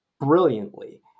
brilliantly